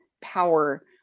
power